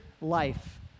life